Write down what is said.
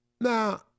Now